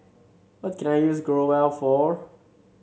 what can I use Growell for